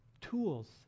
tools